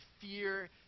fear